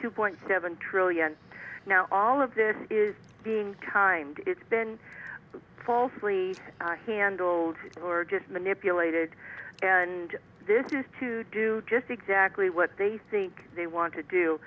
two point seven trillion now all of this is being kind it's been falsely handled or just manipulated and this is to do just exactly what they think they want to do